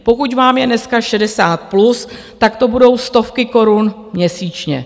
Pokud vám je dneska 60+, tak to budou stovky korun měsíčně.